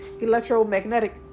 electromagnetic